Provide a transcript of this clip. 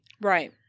Right